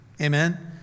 Amen